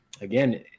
again